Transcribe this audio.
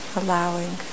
allowing